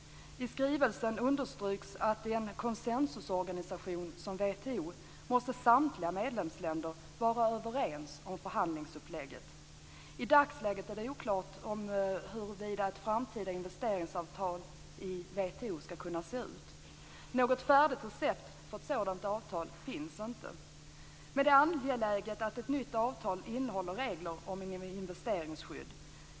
I skrivelsen understryks att i en konsensusorganisation som WTO måste samtliga medlemsländer vara överens om förhandlingsupplägget. I dagsläget är det oklart hur ett framtida investeringsavtal i WTO skulle kunna se ut. Något färdigt recept för ett sådant avtal finns inte. Det är angeläget att ett nytt avtal innehåller regler om investeringsskydd.